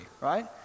right